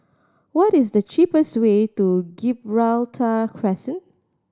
what is the cheapest way to Gibraltar Crescent